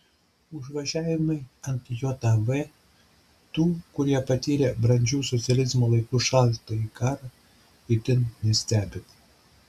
užvažiavimai ant jav tų kurie patyrė brandžių socializmo laikų šaltąjį karą itin nestebina